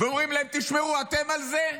ואומרים להם: תשמרו אתם על זה,